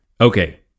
Okay